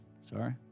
sorry